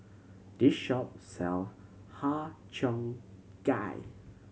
this shop sell Har Cheong Gai